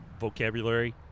vocabulary